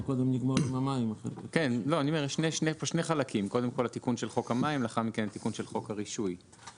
- תיקון חוק המים וחוק רישוי שירותים ומקצועות בענף